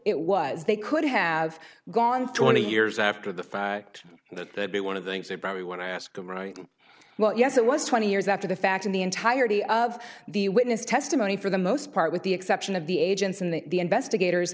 it was they could have gone twenty years after the fact that they'd be one of the things they probably want to ask well yes it was twenty years after the fact in the entirety of the witness testimony for the most part with the exception of the agents and they the investigators